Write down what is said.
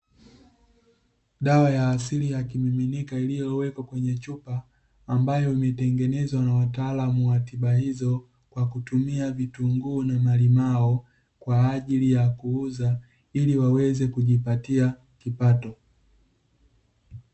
Dawa ya asili ya kimiminika iliyowekwa kwenye chupa, ambayo imetengenezwa na wataalamu wa tiba hizo kwa kutumia vitunguu na malimao, kwa ajili ya kuuza ili waweze kujipatia kipato.